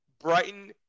Brighton